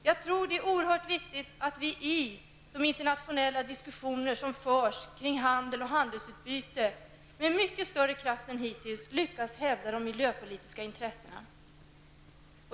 Det är oerhört viktigt att vi i de internationella diskussioner som förs kring handel och handelsutbyte med mycket större kraft än hittills lyckas hävda de miljöpolitiska intressena.